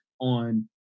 on